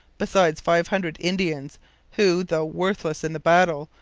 besides five hundred indians who, though worthless in the battle,